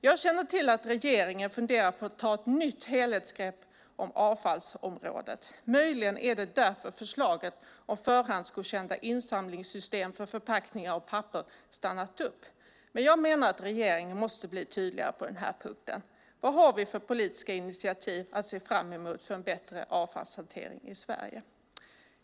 Jag känner till att regeringen funderar på att ta ett nytt helhetsgrepp på avfallsområdet. Möjligen är det därför förslaget om förhandsgodkända insamlingssystem för förpackningar och papper har stannat upp. Men jag menar att regeringen måste bli tydligare på den här punkten. Vad har vi för politiska initiativ att se fram emot för en bättre avfallshantering i Sverige?